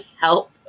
help